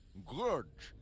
good!